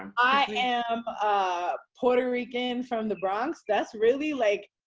i am a puerto rican from the bronx. that's really like,